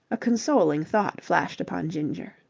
a consoling thought flashed upon ginger.